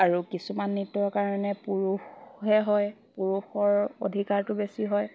আৰু কিছুমান নৃত্যৰ কাৰণে পুৰুষহে হয় পুৰুষৰ অধিকাৰটো বেছি হয়